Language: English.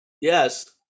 Yes